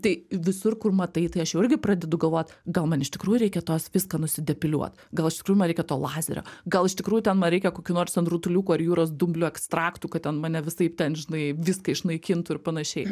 tai visur kur matai tai aš jau irgi pradedu galvot gal man iš tikrųjų reikia tos viską nusidepiliuot gal iš tikrųjų man reikia to lazerio gal iš tikrųjų ten man reikia kokių nors ant rutuliukų ar jūros dumblių ekstraktų kad ten mane visaip ten žinai viską išnaikintų ir panašiai